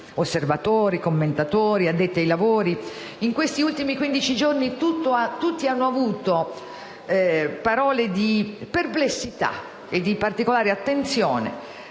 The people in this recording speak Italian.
osservatori, commentatori, addetti ai lavori. In questi ultimi quindici giorni tutti hanno avuto parole di perplessità e di particolare attenzione